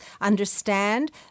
understand